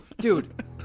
Dude